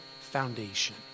foundation